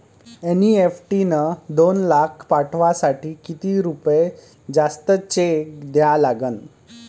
NEFT न दोन लाख पाठवासाठी किती रुपये जास्तचे द्या लागन?